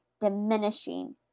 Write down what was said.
diminishing